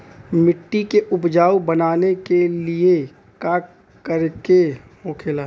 मिट्टी के उपजाऊ बनाने के लिए का करके होखेला?